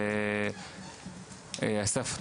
אסף,